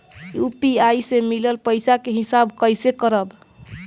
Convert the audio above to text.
UPI से मिलल पईसा के हिसाब कइसे करब?